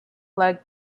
leg